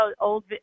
old